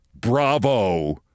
Bravo